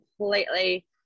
completely